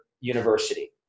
university